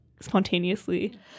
spontaneously